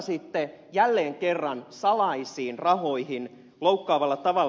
viittasitte jälleen kerran salaisiin rahoihin loukkaavalla tavalla